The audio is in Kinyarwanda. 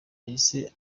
yahise